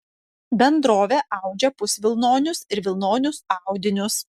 bendrovė audžia pusvilnonius ir vilnonius audinius